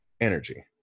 energy